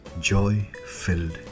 joy-filled